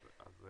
אני